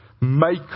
make